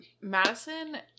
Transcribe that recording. Madison